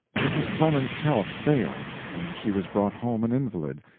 mrs. clemens's health failed and she was brought home an invalid,